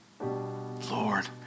Lord